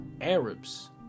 Arabs